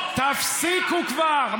תפסיקו כבר.